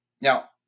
Now